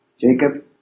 Jacob